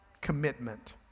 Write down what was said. commitment